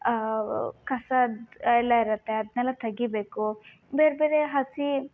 ಕಸದ್ದು ಎಲ್ಲ ಇರುತ್ತೆ ಅದನ್ನೆಲ್ಲ ತಗಿಬೇಕು ಬೇರೆ ಬೇರೆ ಹಸಿ